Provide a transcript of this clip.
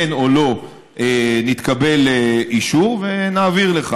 כן או לא נתקבל אישור ונעביר לך.